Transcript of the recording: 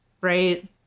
right